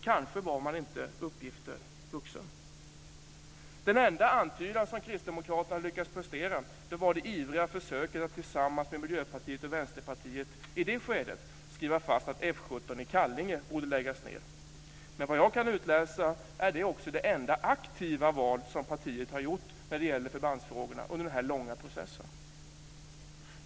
Kanske var man inte uppgiften vuxen. Den enda antydan som Kristdemokraterna lyckats prestera var det ivriga försöket att tillsammans med Miljöpartiet och Vänsterpartiet i det skedet slå fast att F 17 i Kallinge borde läggas ned. Men vad jag kan utläsa är det också det enda aktiva val som partiet har gjort när det gäller förbandsfrågorna under den här långa processen. Fru talman!